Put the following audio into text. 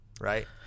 right